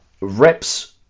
reps